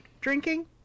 drinking